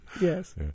yes